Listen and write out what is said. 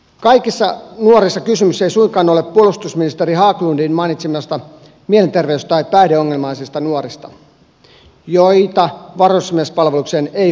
kaikissa nuorissa kysymys ei suinkaan ole puolustusministeri haglundin mainitsemista mielenterveys tai päihdeongelmaisista nuorista joita varusmiespalvelukseen ei voida ottaa